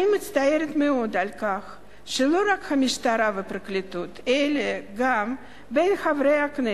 אני מצטערת מאוד על כך שלא רק במשטרה ובפרקליטות אלא גם בין חברי הכנסת,